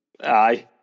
Aye